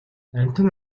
амьтан